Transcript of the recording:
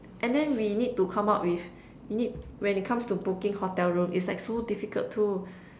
and then we need to come up with you need when it comes to booking hotel room it's like so difficult too